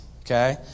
okay